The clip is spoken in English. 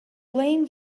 blame